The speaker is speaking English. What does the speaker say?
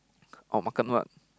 oh makan what